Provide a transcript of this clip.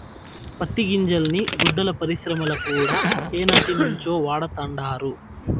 పత్తి గింజల్ని గుడ్డల పరిశ్రమల కూడా ఏనాటినుంచో వాడతండారు